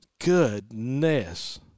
goodness